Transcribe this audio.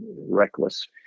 reckless